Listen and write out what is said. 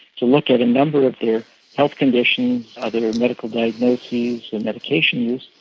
to look at a number of their health conditions, other medical diagnoses and medication use,